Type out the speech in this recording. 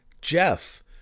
Jeff